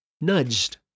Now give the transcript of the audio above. nudged